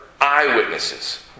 Eyewitnesses